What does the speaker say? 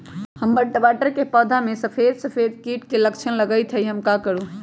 हमर टमाटर के पौधा में सफेद सफेद कीट के लक्षण लगई थई हम का करू?